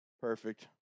Perfect